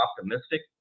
optimistic